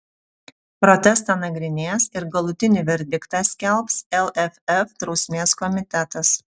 protestą nagrinės ir galutinį verdiktą skelbs lff drausmės komitetas